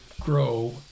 grow